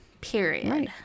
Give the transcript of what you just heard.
Period